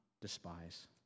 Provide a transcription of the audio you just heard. despise